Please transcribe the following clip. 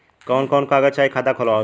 कवन कवन कागज चाही खाता खोलवावे मै?